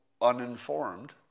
uninformed